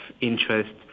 interest